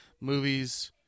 movies